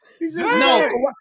No